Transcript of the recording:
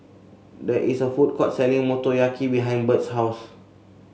there is a food court selling Motoyaki behind Bert's house